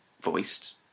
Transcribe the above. voiced